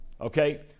okay